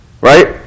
Right